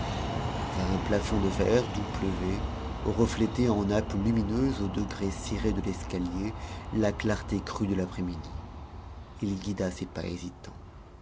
vers un plafond de verre d'où pleuvait reflétée en nappes lumineuses aux degrés cirés de l'escalier la clarté crue de l'après-midi il guida ses pas hésitants